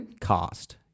cost